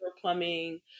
plumbing